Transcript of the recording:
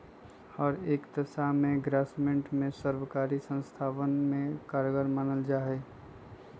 हर एक दशा में ग्रास्मेंट के सर्वकारी संस्थावन में कारगर मानल जाहई